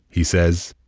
he says,